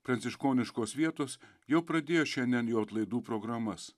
pranciškoniškos vietos jau pradėjo šiandien jo atlaidų programas